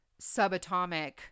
subatomic